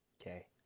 Okay